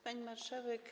Pani Marszałek!